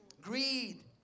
Greed